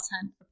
hunt